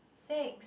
six